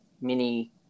mini